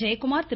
Jayakumar Thiru